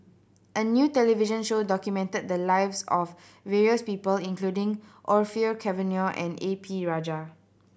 a new television show documented the lives of various people including Orfeur Cavenagh and A P Rajah